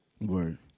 Word